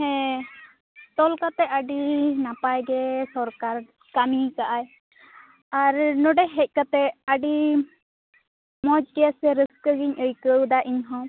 ᱦᱮᱸ ᱛᱚᱞ ᱠᱟᱛᱮ ᱟᱹᱰᱤ ᱱᱟᱯᱟᱭ ᱜᱮ ᱥᱚᱨᱠᱟᱨ ᱠᱟᱹᱢᱤ ᱟᱠᱟᱫᱟᱭ ᱟᱨ ᱱᱚᱸᱰᱮ ᱦᱮᱡ ᱠᱟᱛᱮ ᱟᱹᱰᱤ ᱢᱚᱸᱡᱽ ᱜᱮ ᱥᱮ ᱨᱟ ᱥᱠᱟ ᱜᱮᱧ ᱟ ᱭᱠᱟ ᱣᱮᱫᱟ ᱤᱧᱦᱚᱸ